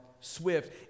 swift